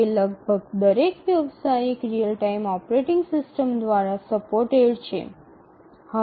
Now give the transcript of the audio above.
તે લગભગ દરેક વ્યવસાયિક રીઅલ ટાઇમ ઓપરેટિંગ સિસ્ટમ દ્વારા સપોર્ટેડ છે